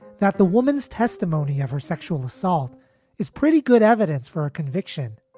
that the woman's testimony of her sexual assault is pretty good evidence for a conviction.